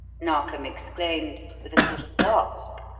narkom exclaimed, with a sort of gasp,